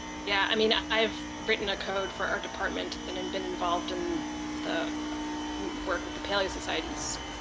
yeah, i mean, i've written a code for our department and and been involved in the work with the paleo society's,